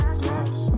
glass